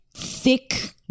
Thick